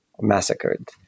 massacred